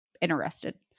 interested